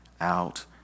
out